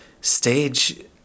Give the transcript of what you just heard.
stage